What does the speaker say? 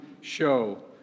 show